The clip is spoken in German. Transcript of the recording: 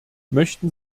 möchten